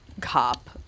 cop